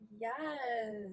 yes